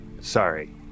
sorry